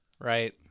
right